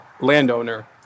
landowner